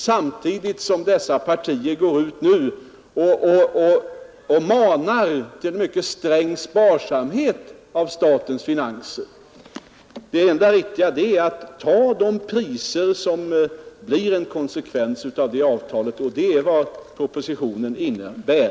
Samtidigt manar dessa partier till mycket sträng sparsamhet med statens medel. Det enda riktiga är att ta de priser som blir en konsekvens av avtalet, och det är vad propositionen innebär.